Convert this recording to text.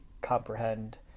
comprehend